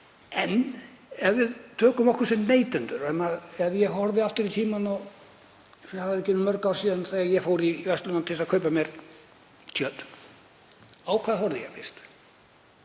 En ef við tökum okkur sem neytendur og ég horfi aftur í tímann þá eru ekki mörg ár síðan þegar ég fór í verslun til þess að kaupa mér kjöt og á hvað horfði ég fyrst?